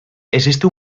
existe